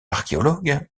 archéologue